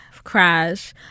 crash